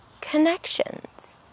connections